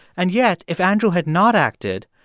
and yet, if andrew had not acted,